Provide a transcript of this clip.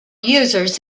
users